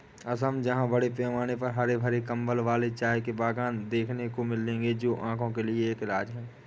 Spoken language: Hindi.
असम जहां बड़े पैमाने पर हरे भरे कंबल वाले चाय के बागान देखने को मिलेंगे जो आंखों के लिए एक इलाज है